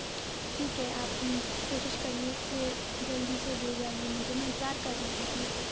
ٹھیک ہے آپ کوشش کریے کہ جلدی سے دے جائیے مجھے میں انتظار کر رہی ہوں جی